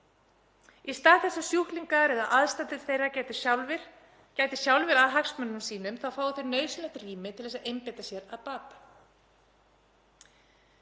Í stað þess að sjúklingar eða aðstandendur þeirra gæti sjálfir að hagsmunum sínum þá fái þeir nauðsynlegt rými til þess að einbeita sér að bata.